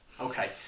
Okay